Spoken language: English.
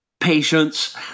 Patience